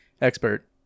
expert